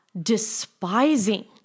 despising